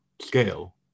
scale